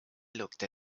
looked